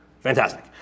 Fantastic